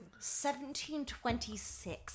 1726